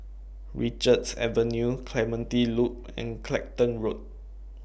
Richards Avenue Clementi Loop and Clacton Road